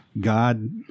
God